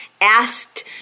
asked